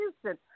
Houston